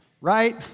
Right